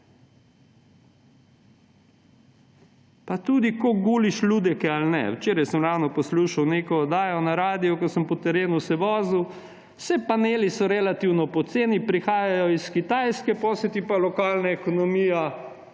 in tudi, koliko guliš ljudeke ali ne. Včeraj sem ravno poslušal neko oddajo na radiu, ko sem se po terenu vozil. Saj paneli so relativno poceni, prihajajo iz Kitajske, potem se ti pa lokalna ekonomija